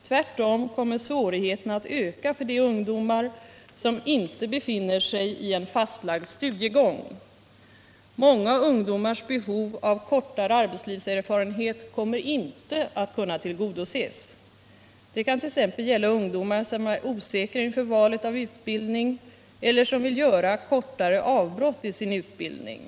Tvärtom kommer svårigheterna 8 december 1977 att öka för de ungdomar som inte befinner sig i en fastlagd studiegång. Många ungdomars behov av kortare arbetslivserfarenhet kommer inte = Särskilda åtgärder att kunna tillgodoses. Det kan t.ex. gälla ungdomar som är osäkra inför = för att främja valet av utbildning eller som vill göra kortare avbrott i sin utbildning.